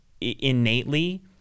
innately –